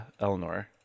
Eleanor